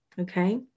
okay